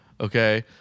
okay